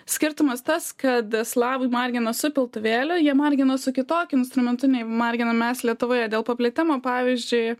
skirtumas tas kad a slavai margina su piltuvėliu jie margina su kitokiu instrumentu nei marginam mes lietuvoje dėl paplitimo pavyzdžiui